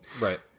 Right